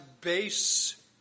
base